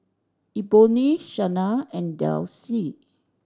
Eboni Shania and Delcie